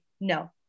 no